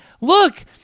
look